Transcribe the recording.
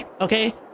okay